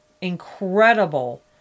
incredible